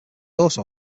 also